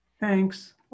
Thanks